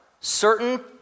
certain